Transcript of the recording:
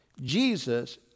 Jesus